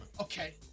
Okay